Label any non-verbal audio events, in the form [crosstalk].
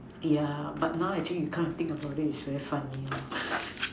yeah but now actually you come to think about it is very funny [noise]